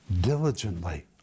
diligently